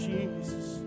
Jesus